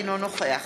אינו נוכח